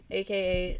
aka